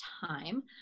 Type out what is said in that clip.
time